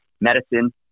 medicine